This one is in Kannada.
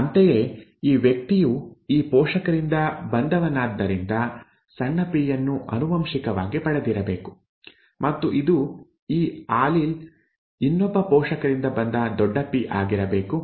ಅಂತೆಯೇ ಈ ವ್ಯಕ್ತಿಯು ಈ ಪೋಷಕರಿಂದ ಬಂದವನಾದ್ದರಿಂದ ಸಣ್ಣ ಪಿ ಯನ್ನು ಆನುವಂಶಿಕವಾಗಿ ಪಡೆದಿರಬೇಕು ಮತ್ತು ಇದು ಈ ಆಲೀಲ್ ಇನ್ನೊಬ್ಬ ಪೋಷಕರಿಂದ ಬಂದ ದೊಡ್ಡ ಪಿ ಆರಬೇಕು